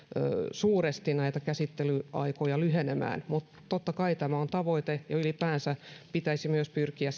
suuresti näitä käsittelyaikoja lyhenemään mutta totta kai tämä on tavoite ylipäänsä pitäisi myös pyrkiä